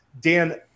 Dan